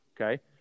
Okay